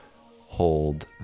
hold